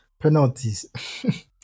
Penalties